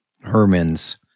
Herman's